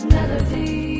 Melody